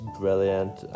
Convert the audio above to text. brilliant